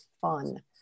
fun